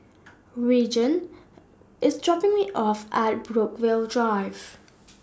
Reagan IS dropping Me off At Brookvale Drive